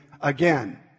again